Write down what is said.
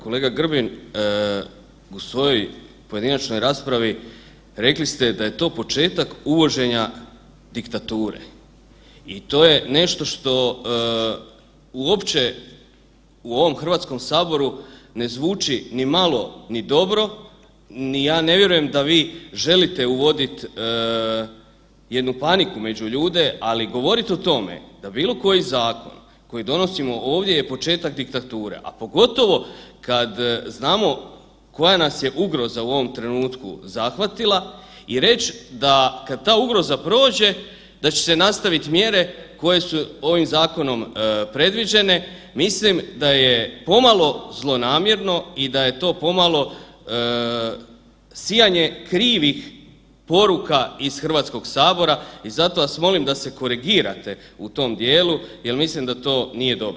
Kolega Grbin u svojoj pojedinačnoj raspravi rekli ste da je to početak uvođenja diktature i to je nešto što uopće u ovom Hrvatskom saboru ne zvuči ni malo, ni dobro ni ja ne vjerujem da vi želite uvodit jednu paniku među ljude, ali govoriti o tome da bilo koji zakon koji donosimo ovdje je početak diktature, a pogotovo kad znamo koja nas je ugroza u ovom trenutku zahvatila i reći da kad ta ugroza prođe da će se nastaviti mjere koje su ovim zakonom predviđene, mislim da je pomalo zlonamjerno i da je to pomalo sijanje krivih poruka iz Hrvatskog sabora i zato vas molim da se korigirate u tom dijelu jel mislim da to nije dobro.